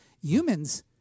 Humans